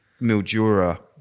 Mildura